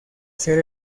ser